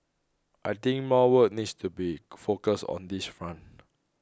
I think more work needs to be focused on this front